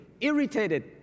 irritated